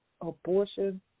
abortion